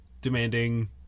demanding